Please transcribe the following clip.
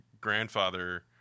grandfather